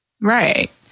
Right